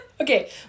Okay